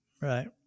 Right